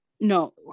No